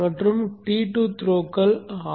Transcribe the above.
மற்றும் T2 த்ரோக்கள் R